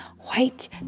White